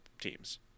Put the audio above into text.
teams